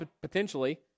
potentially